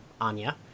Anya